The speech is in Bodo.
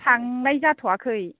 थांनाय जाथ'आखै